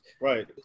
Right